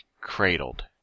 cradled